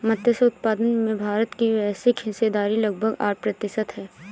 मत्स्य उत्पादन में भारत की वैश्विक हिस्सेदारी लगभग आठ प्रतिशत है